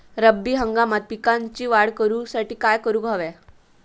रब्बी हंगामात पिकांची वाढ करूसाठी काय करून हव्या?